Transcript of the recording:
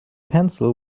pencil